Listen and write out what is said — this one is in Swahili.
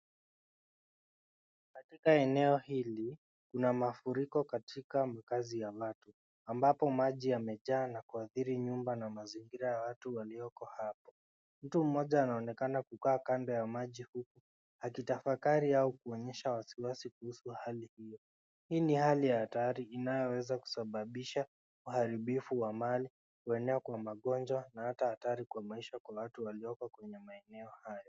Katika eneo hili kuna mafuriko katika makazi ya watu; ambapo maji yamejaa na kuathiri nyumba na mazingira ya watu walioko hapo. Mtu mmoja anaonekana kukaa kando ya maji huku akitafakari au kuonyesha wasiwasi kuhusu hali hiyo. Hii ni hali ya hatari inayoweza kusababisha uharibifu wa mali, kuenea kwa magonjwa na hata hatari kwa maisha kwa watu walioko kwenye maeneo hayo.